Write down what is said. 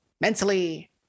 mentally